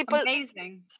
Amazing